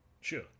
sure